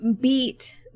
beat